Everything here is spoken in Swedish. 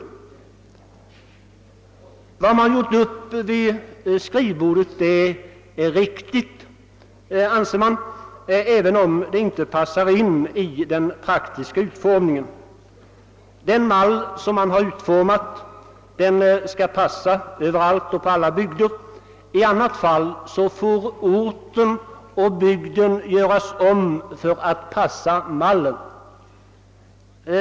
Man anser att det som gjorts upp vid skrivbordet är riktigt, även om det inte passar in i den praktiska utformningen. Den mall som man har utformat skall passa överallt och på alla bygder. — I annat fall får ort och bygd göras om för att i stället passa mallen.